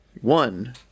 One